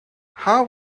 how